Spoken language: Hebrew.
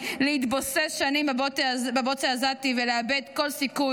להתבוסס שנים בבוץ העזתי ולאבד כל סיכוי